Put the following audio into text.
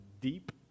deep